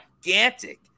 gigantic